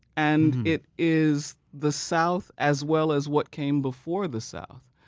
and it is the south as well as what came before the south.